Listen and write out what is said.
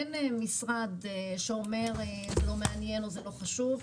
אין משרד שאומר שזה לא מעניין, או שזה לא חשוב.